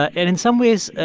ah and in some ways,